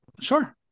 sure